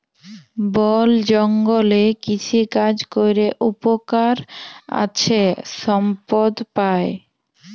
বল জঙ্গলে কৃষিকাজ ক্যরে উপকার আছে সম্পদ পাই